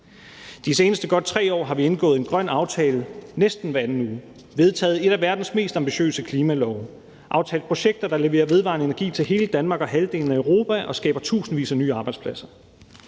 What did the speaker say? De seneste godt 3 år har vi indgået en grøn aftale næsten hver anden uge, vedtaget en af verdens mest ambitiøse klimalove, aftalt projekter, der leverer vedvarende energi til hele Danmark og halvdelen af Europa og skaber tusindvis af nye arbejdspladser.